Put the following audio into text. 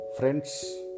friends